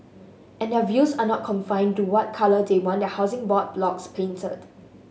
and their views are not confined to what colour they want their Housing Board blocks painted